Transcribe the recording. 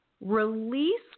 release